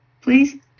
please